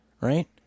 right